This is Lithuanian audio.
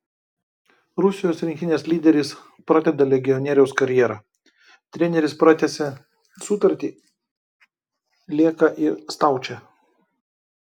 rusijos rinktinės lyderis pradeda legionieriaus karjerą treneris pratęsė sutartį lieka ir staučė